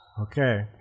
Okay